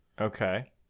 okay